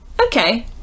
Okay